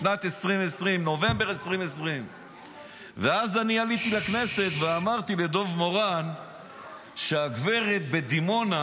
נובמבר 2020. ואז אני עליתי לכנסת ואמרתי לדב מורן שהגברת בדימונה,